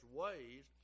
ways